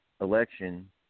election